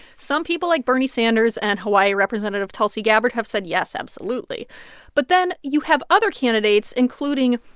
some people, like bernie sanders and hawaii representative tulsi gabbard, have said yes, absolutely but then you have other candidates, including